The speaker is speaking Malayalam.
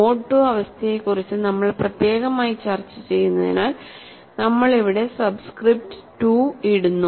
മോഡ് II അവസ്ഥയെക്കുറിച്ച് നമ്മൾ പ്രത്യേകമായി ചർച്ച ചെയ്യുന്നതിനാൽ നമ്മൾ ഇവിടെ സബ്സ്ക്രിപ്റ്റ് II ഇടുന്നു